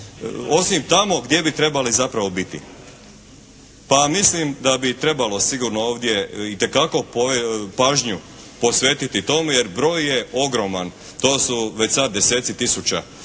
osim tamo gdje bi trebali zapravo biti. Pa mislim da bi trebalo sigurno ovdje itekako pažnju posvetiti tome jer broj je ogroman. To su već sad deseci tisuća